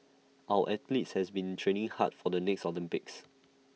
our athletes has been training hard for the next Olympics